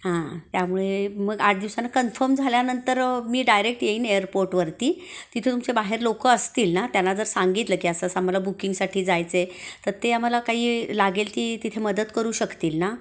हां त्यामुळे मग आठ दिवसानं कन्फर्म झाल्यानंतर मी डायरेक्ट येईन एअरपोर्टवरती तिथं तुमचे बाहेर लोक असतील ना त्यांना जर सांगितलं की असं असं आम्हाला बुकिंगसाठी जायचं आहे तर ते आम्हाला काही लागेल ती तिथे मदत करू शकतील ना